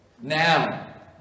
Now